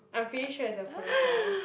I'm pretty sure it's a protocol